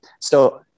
So-